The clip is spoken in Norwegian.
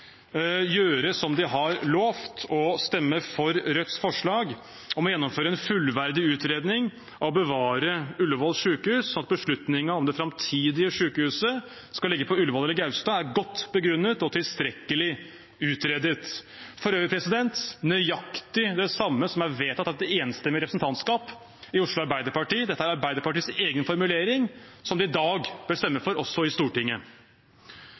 gjøre som de har lovt, og stemme for Rødts forslag om å «gjennomføre en fullverdig utredning av å bevare Ullevål sykehus, slik at beslutningen om det framtidige sykehuset skal ligge på Ullevål eller Gaustad er godt begrunnet og tilstrekkelig utredet» – for øvrig nøyaktig det samme som er vedtatt av et enstemmig representantskap i Oslo Arbeiderparti. Dette er Arbeiderpartiets egen formulering, som de i dag bør stemme for også i Stortinget.